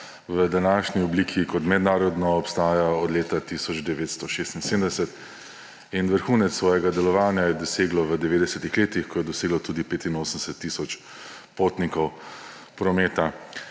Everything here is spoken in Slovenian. v današnji obliki kot mednarodno obstaja od leta 1976 in vrhunec svojega delovanja je doseglo v 90. letih, ko je doseglo tudi 85 tisoč potnikov prometa.